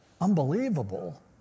unbelievable